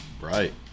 Right